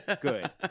good